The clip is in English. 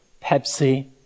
Pepsi